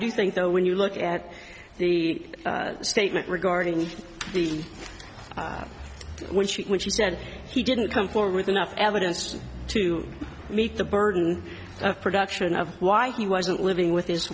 do think though when you look at the statement regarding the reason when she when she said he didn't come forward enough evidence to meet the burden of production of why he wasn't living with his